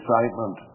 excitement